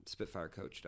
spitfirecoach.com